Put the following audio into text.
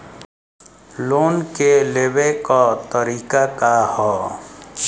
Loan के लेवे क तरीका का ह?